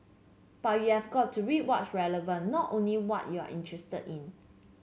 but you have got to read watch relevant not only what you are interested in